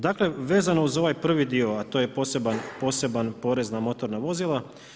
Dakle, vezano uz ovaj prvi dio, a to je poseban porez na motorna vozila.